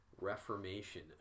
reformation